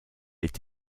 est